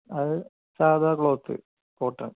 അത് സാധാ cloth cotton